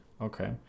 okay